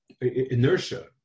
inertia